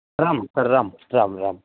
rum rum rum rum